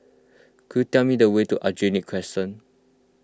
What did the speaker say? could you tell me the way to Aljunied Crescent